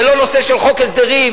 זה לא נושא של חוק הסדרים.